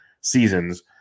seasons